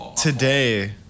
today